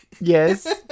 Yes